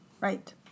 right